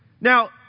Now